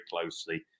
closely